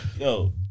Yo